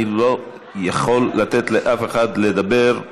אני לא יכול לתת לאף אחד לדבר,